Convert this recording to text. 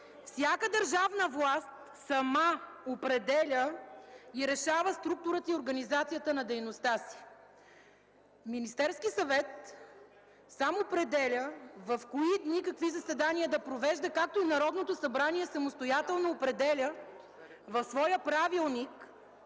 Всяка държавна власт сама определя и решава структурата и организацията на дейността си. Министерският съвет сам определя в кои дни какви заседания да провежда, както и Народното събрание самостоятелно определя в своя правилник